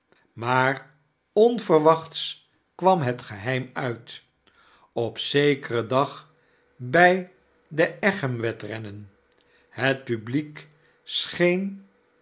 maar onverwachts kwam het geheim uit op zekeren dag bij de egham-wedrennen het publiek